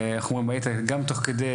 וגם תוך כדי